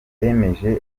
yemeje